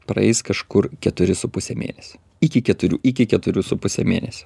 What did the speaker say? praeis kažkur keturi su puse mėnesio iki keturių iki keturių su puse mėnesio